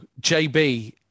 JB